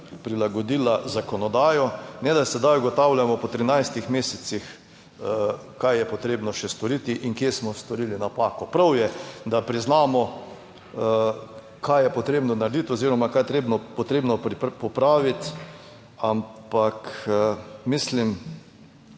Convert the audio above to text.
prilagodila zakonodajo ne pa da sedaj ugotavljamo po 13 mesecih kaj je potrebno še storiti in kje smo storili napako. Prav je, da priznamo kaj je potrebno narediti oziroma kaj je potrebno popraviti. Ampak mislim,